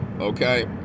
okay